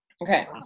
Okay